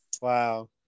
Wow